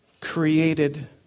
created